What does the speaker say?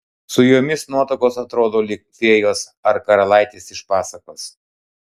su jomis nuotakos atrodo lyg fėjos ar karalaitės iš pasakos